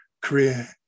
career